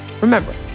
Remember